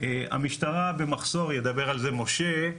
המשטרה במחסור, ידבר על זה משה,